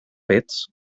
pets